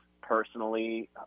personally